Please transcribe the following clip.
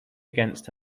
against